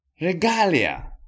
regalia